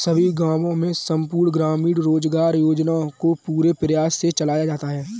सभी गांवों में संपूर्ण ग्रामीण रोजगार योजना को पूरे प्रयास से चलाया जाता है